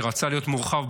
שרצה להיות מורחב,